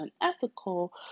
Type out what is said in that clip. unethical